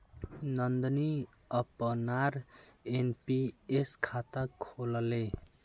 नंदनी अपनार एन.पी.एस खाता खोलले